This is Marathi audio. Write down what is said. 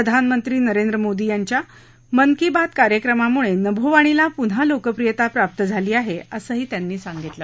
प्रधानमंत्री नरेंद्र मोदी यांच्या मन की बात कार्यक्रमामुळे नभोवाणीला पुन्हा लोकप्रियता प्राप्त झाली आहे असं ते म्हणाले